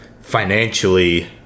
financially